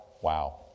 wow